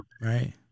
Right